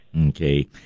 okay